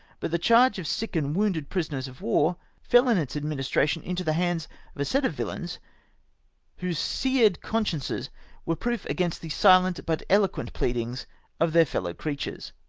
but the charge of sick and wounded prisoners of war fell in its administration into the hands of a set of villains whose seared consciences were proof against the silent but eloquent pleadings of their fellow-creatures.